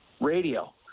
radio